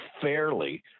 fairly